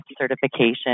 certification